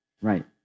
Right